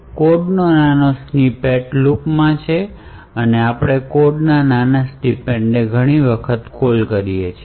code નો નાનો snippet લૂપમાં છે અને આપણે કોડ ના નાના સ્નિપેટને ઘણી વખત કોલ કરીએ છીએ